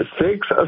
six